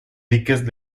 diques